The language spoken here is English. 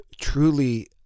truly